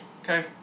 Okay